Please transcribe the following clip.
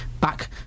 back